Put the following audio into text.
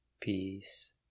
peace